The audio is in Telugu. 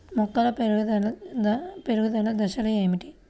మొక్కల పెరుగుదల దశలు ఏమిటి?